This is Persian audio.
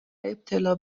ابتلا